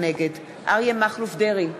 נגד אריה מכלוף דרעי,